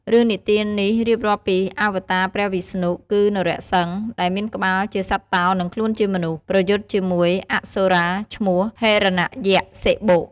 រឿងនិទាននេះរៀបរាប់ពីអាវតារព្រះវិស្ណុ គឺ នរសិង្ហ ដែលមានក្បាលជាសត្វតោ និងខ្លួនជាមនុស្ស ប្រយុទ្ធជាមួយអសុរាឈ្មោះ ហិរណយក្សសិបុ។